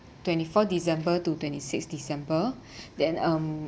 twenty fourth december two twenty sixth december then um